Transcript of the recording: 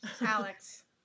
Alex